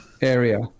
area